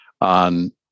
on